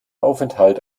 aufenthalt